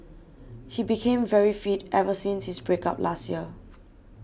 he became very fit ever since his break up last year